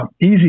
Easy